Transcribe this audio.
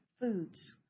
foods